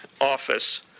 office